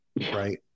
right